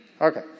Okay